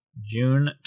june